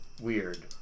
Weird